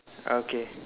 okay